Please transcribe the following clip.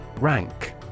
Rank